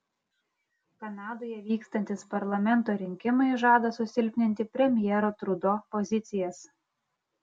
kanadoje vykstantys parlamento rinkimai žada susilpninti premjero trudo pozicijas